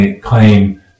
claim